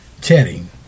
chatting